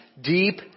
deep